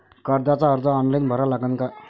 कर्जाचा अर्ज ऑनलाईन भरा लागन का?